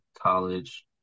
college